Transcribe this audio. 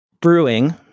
brewing